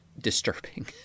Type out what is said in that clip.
disturbing